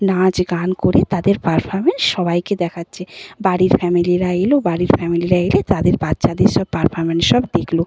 নাচ গান করে তাদের পারফরমেন্স সবাইকে দেখাচ্ছে বাড়ির ফ্যামিলিরা এল বাড়ির ফ্যামিলিরা এলে তাদের বাচ্চাদের সব পারফরমেন্স সব দেখল